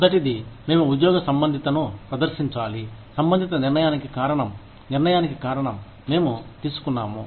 మొదటిది మేము ఉద్యోగ సంబంధితను ప్రదర్శించాలి సంబంధిత నిర్ణయానికి కారణం నిర్ణయానికి కారణం మేము తీసుకున్నాము